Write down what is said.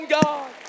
god